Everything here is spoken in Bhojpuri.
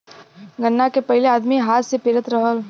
गन्ना के पहिले आदमी हाथ से पेरत रहल